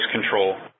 control